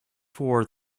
for